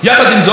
יחד עם זאת,